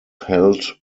held